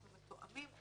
אנחנו מתואמים,